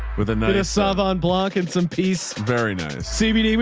with a nice southern blog and some peace, very nice cbd.